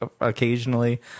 occasionally